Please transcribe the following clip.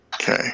Okay